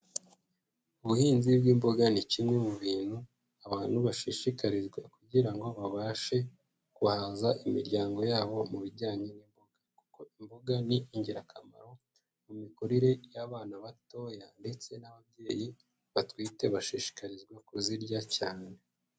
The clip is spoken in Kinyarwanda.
Ubuhinzi bw'imboga ni kimwe mu bintu abantu bashishikarizwa kugira ngo babashe guhaza imiryango yabo mu bijyanye n'imboga, kuko imboga ni ingirakamaro mu mikurire y'abana batoya ndetse n'ababyeyi batwite bashishikarizwa kuzirya cyane.